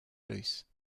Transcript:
luce